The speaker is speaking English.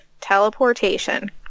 teleportation